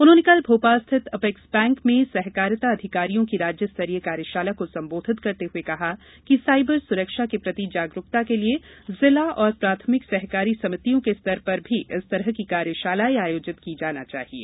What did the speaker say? उन्होंने कल भोपाल स्थित अपेक्स बैंक में सहकारिता अधिकारियों की राज्य स्तरीय कार्यशाला को संबोधित करते हुए कहा कि साइबर सुरक्षा के प्रति जागरूकता के लिये जिला और प्राथमिक सहकारी समितियों के स्तर पर भी इस तरह की कार्यशालाएं आयोजित की जाना चाहिये